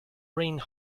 ring